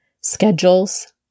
schedules